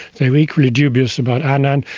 they were equally dubious about annan,